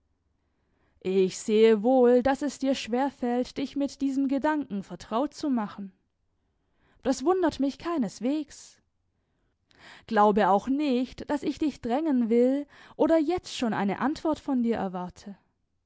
ich sehe wohl daß es dir schwer fällt dich mit diesem gedanken vertraut zu machen das wundert mich keineswegs glaube auch nicht daß ich dich drängen will oder jetzt schon eine antwort von dir erwarte